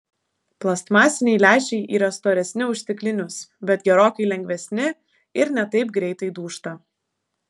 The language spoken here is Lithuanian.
plastmasiniai lęšiai yra storesni už stiklinius bet gerokai lengvesni ir ne taip greitai dūžta